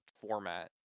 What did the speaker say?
format